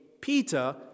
Peter